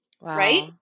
Right